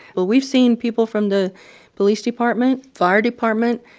well, we've seen people from the police department, fire department,